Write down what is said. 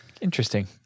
Interesting